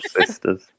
sisters